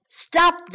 stop